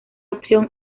opción